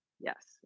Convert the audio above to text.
Yes